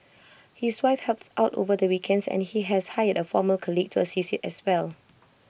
his wife helps out over the weekends and he has hired A former colleague to assist as well